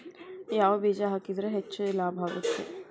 ಯಾವ ಬೇಜ ಹಾಕಿದ್ರ ಹೆಚ್ಚ ಲಾಭ ಆಗುತ್ತದೆ?